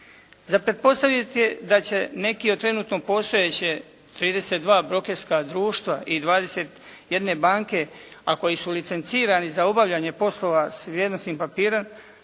Za pretpostaviti je da će neki od trenutno postojeće 32 brokerska društva i 21 banke, a koji su licencirani za obavljanje poslova s vrijednosnim papirima